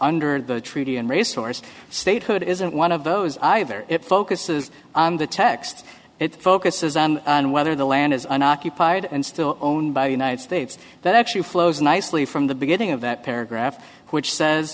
under the treaty and resource statehood it isn't one of those either it focuses the text it focuses on whether the land is an occupied and still owned by united states that actually flows nicely from the beginning of that paragraph which says